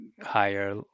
higher